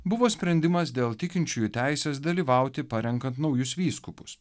buvo sprendimas dėl tikinčiųjų teisės dalyvauti parenkant naujus vyskupus